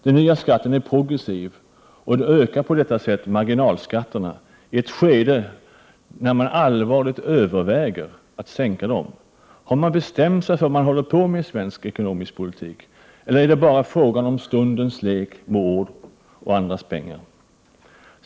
Den nya skatten är progressiv och ökar på det sättet marginalskatterna i ett skede när man allvarligt överväger att sänka dem. Har man bestämt sig för vad man håller på med i svensk ekonomisk politik? Eller är det bara frågan om stundens lek med ord och andras pengar?